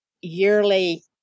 yearly